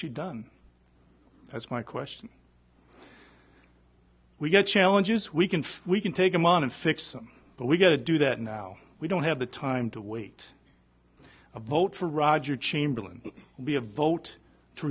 she done that's my question we got challenges we can we can take them on and fix them but we got to do that now we don't have the time to wait a vote for roger chamberlain be a vote to